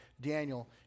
Daniel